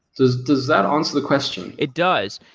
does does that answer the question? it does.